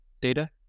data